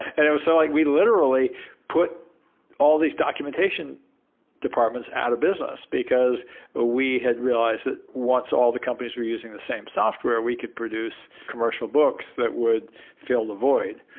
and so like we literally put all these documentation departments out of business, because ah we had realized that once all the companies were using the same software, we could produce commercial books that would fill the void.